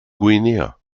guinea